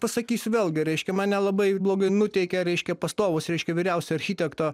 pasakysiu vėlgi reiškia man nelabai blogai nuteikia reiškia pastovūs reiškia vyriausio architekto